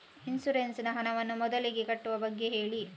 insurance ನ ಹಣವನ್ನು ಮೊದಲಿಗೆ ಕಟ್ಟುವ ಬಗ್ಗೆ ಹೇಳಿ